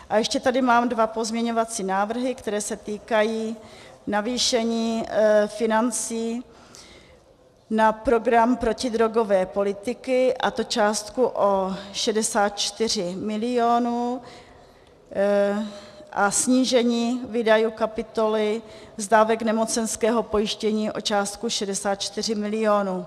A ještě tady mám dva pozměňovací návrhy, které se týkají navýšení financí na program protidrogové politiky, a to o částku 64 milionů, a snížení výdajů kapitoly z dávek nemocenského pojištění o částku 64 milionů.